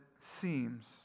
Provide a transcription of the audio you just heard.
seems